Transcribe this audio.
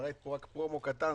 ראית פרומו קטן.